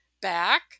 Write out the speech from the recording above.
back